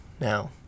now